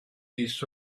this